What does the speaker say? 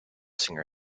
singer